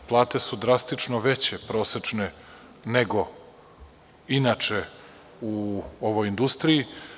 Plate su drastično veće od prosečne, nego inače u ovoj industriji.